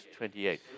28